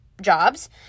jobs